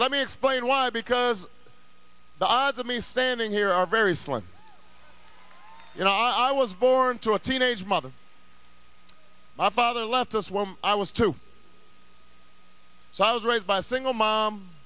let me explain why because the odds of me standing here are very slim you know i was born to a teenage mother my father left us when i was two so i was raised by single